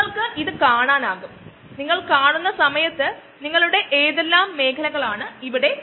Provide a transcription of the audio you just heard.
photosynthetic organism അവയെ ഉപയോഗിക്കുമ്പോൾ നമ്മൾ ഫോട്ടോ ബയോറിയാക്ടർ എന്ന ഒന്ന് ഉപയോഗിക്കേണ്ടത് ഉണ്ട്